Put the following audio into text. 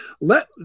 let